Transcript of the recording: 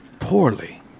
Poorly